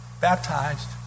Baptized